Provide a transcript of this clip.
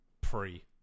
pre